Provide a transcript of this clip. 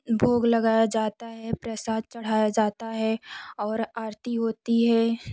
भोग लगाया जाता हैं प्रसाद चढ़ाया जाता हैं और आरती होती हैं